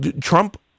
Trump